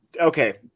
Okay